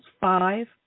five